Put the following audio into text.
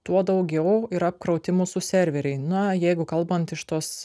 tuo daugiau yra apkrauti mūsų serveriai na jeigu kalbant iš tos